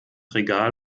regal